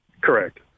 Correct